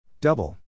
Double